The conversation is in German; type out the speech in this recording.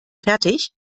fertig